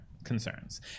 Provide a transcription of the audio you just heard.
concerns